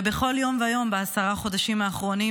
ובכל יום ויום בעשרת החודשים האחרונים